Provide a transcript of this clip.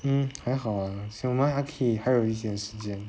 mm 还好 ah 想我们 lucky 还有一点时间